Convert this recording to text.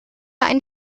ein